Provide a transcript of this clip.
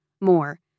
more